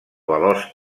veloç